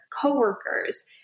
coworkers